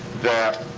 that